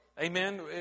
Amen